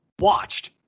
watched